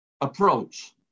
approach